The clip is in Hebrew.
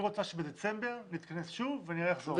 היא רוצה שבדצמבר נתכנס שוב ונראה איך זה עובד.